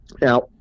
Now